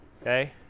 okay